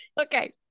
Okay